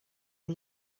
are